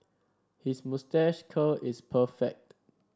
his moustache curl is perfect